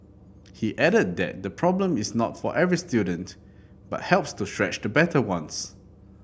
he added that the problem is not for every student but helps to stretch the better ones